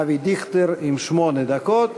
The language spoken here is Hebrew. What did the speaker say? אבי דיכטר עם שמונה דקות.